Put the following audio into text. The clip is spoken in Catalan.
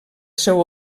seu